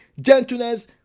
gentleness